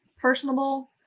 personable